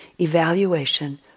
evaluation